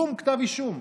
בום, כתב אישום.